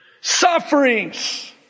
sufferings